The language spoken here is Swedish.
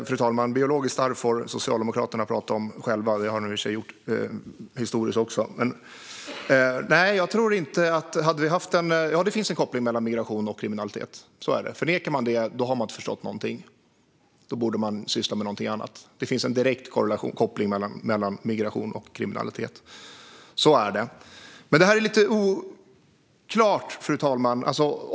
Fru talman! Biologiskt arv får Socialdemokraterna tala om, vilket de också har gjort historiskt. Det finns en koppling mellan migration och kriminalitet. Förnekar man den har man inte förstått någonting och borde syssla med något annat. Det finns en direkt koppling mellan migration och kriminalitet. Så är det. Fru talman!